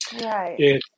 Right